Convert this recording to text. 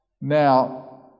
Now